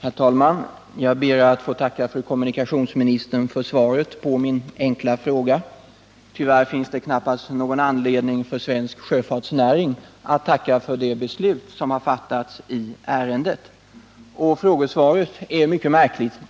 Herr talman! Jag ber att få tacka kommunikationsministern för svaret på min enkla fråga. Tyvärr finns det knappast någon anledning för svensk sjöfartsnäring att tacka för det beslut som har fattats i ärendet. Frågesvaret är märkligt.